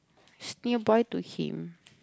is nearby to him